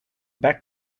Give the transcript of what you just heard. back